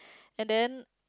and then